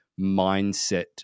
mindset